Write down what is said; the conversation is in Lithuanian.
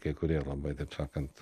kai kurie labai taip sakant